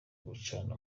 gucana